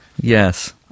Yes